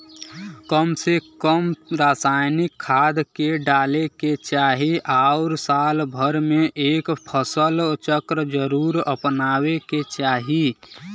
कम से कम रासायनिक खाद के डाले के चाही आउर साल भर में एक फसल चक्र जरुर अपनावे के चाही